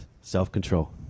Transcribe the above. self-control